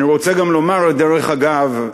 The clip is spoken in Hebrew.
דרך אגב,